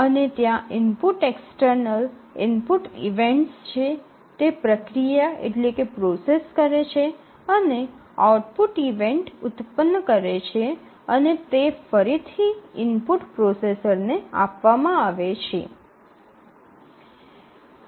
અને ત્યાં input external input events છે તે પ્રક્રિયા કરે છે અને આઉટપુટ ઇવેન્ટ ઉત્પન્ન કરે છે અને તે ફરીથી ઇનપુટ પ્રોસેસરને આપવામાં આવે છે